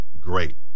great